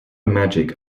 magic